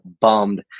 bummed